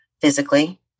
physically